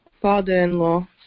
father-in-law